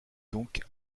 donc